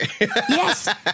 yes